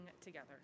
together